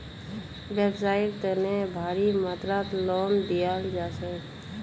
व्यवसाइर तने भारी मात्रात लोन दियाल जा छेक